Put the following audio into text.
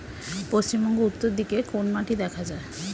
পশ্চিমবঙ্গ উত্তর দিকে কোন মাটি দেখা যায়?